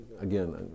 again